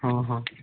ହଁ ହଁ